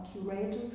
curators